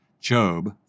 Job